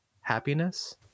happiness